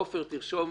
עפר תרשום,